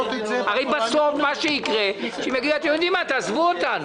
הרי בסוף יגידו: אתם יודעים מה, תעזבו אותנו.